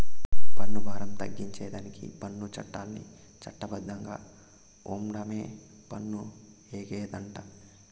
పన్ను బారం తగ్గించేదానికి పన్ను చట్టాల్ని చట్ట బద్ధంగా ఓండమే పన్ను ఎగేతంటే